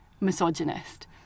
misogynist